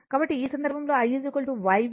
కాబట్టి ఈ సందర్భంలో I YV